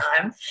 time